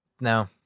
No